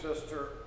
sister